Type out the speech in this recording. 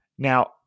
Now